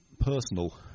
personal